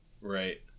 Right